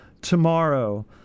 tomorrow